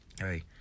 hey